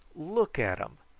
look at em.